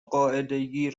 قاعدگی